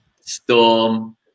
storm